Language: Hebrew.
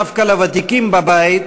דווקא לוותיקים בבית,